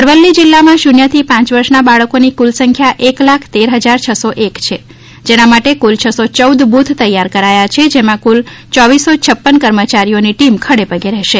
અરવલ્લી જિલ્લામાં શુન્યથી પાંચ વર્ષના બાળકોની કુલ સંખ્યા એક લાખ તેર હજાર છસો એક છે જેના માટે કુલ છસો ચૌદ બુથ તૈયાર કરાયા છેજેમાં કુલ ચોવીસો છપ્પન કર્મચારીઓની ટીમ ખડેપગે રહેશે